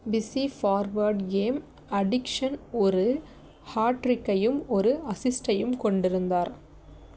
PC forward கேம் அடிக்ஷன் ஒரு ஹாட்ரிக்கையும் ஒரு அசிஸ்டையும் கொண்டிருந்தார்